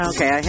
Okay